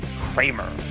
Kramer